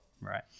Right